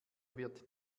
wird